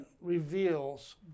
reveals